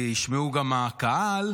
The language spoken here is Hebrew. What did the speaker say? ישמעו גם הקהל,